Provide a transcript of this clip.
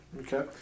Okay